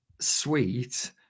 sweet